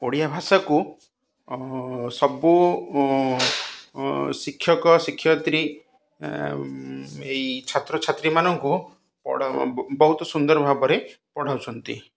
ଓଡ଼ିଆ ଭାଷାକୁ ସବୁ ଶିକ୍ଷକ ଶିକ୍ଷୟତ୍ରୀ ଏଇ ଛାତ୍ରଛାତ୍ରୀମାନଙ୍କୁ ବହୁତ ସୁନ୍ଦର ଭାବରେ ପଢ଼ାଉଛନ୍ତି